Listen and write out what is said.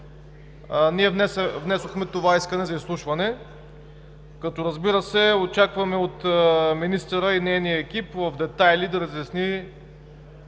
ние депозирахме това искане за изслушване, като, разбира се, очакваме от министъра, и нейния екип, в детайли да отговори